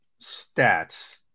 stats